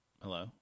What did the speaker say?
Hello